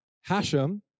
Hashem